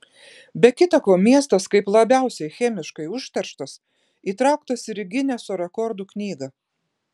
be kitą ko miestas kaip labiausiai chemiškai užterštas įtraukas ir į gineso rekordų knygą